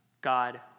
God